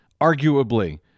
arguably